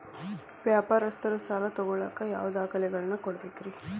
ವ್ಯಾಪಾರಸ್ಥರು ಸಾಲ ತಗೋಳಾಕ್ ಯಾವ ದಾಖಲೆಗಳನ್ನ ಕೊಡಬೇಕ್ರಿ?